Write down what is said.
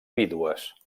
vídues